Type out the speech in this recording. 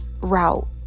route